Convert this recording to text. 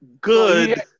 good